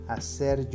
Hacer